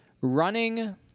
running